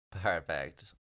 Perfect